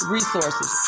Resources